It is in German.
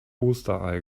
osterei